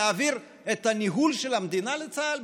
להעביר את הניהול של המדינה לצה"ל?